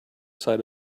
side